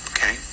Okay